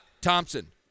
Thompson